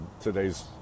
today's